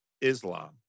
Islam